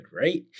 right